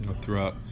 throughout